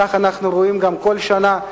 כך אנחנו גם רואים כל שנה.